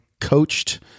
coached